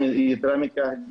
יתרה מכך.